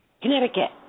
Connecticut